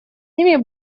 ними